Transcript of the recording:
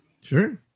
Sure